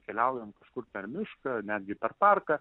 keliaujant kažkur per mišką netgi per parką